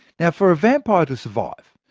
yeah for a vampire to survive,